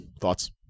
Thoughts